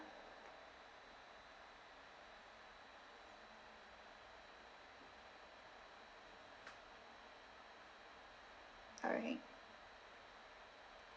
alright